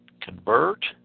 convert